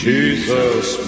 Jesus